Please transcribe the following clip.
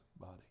body